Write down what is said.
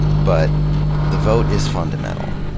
but the vote is fundamental.